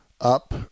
up